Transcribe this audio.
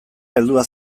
heldua